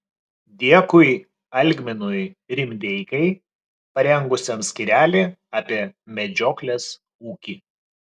dėkui algminui rimdeikai parengusiam skyrelį apie medžioklės ūkį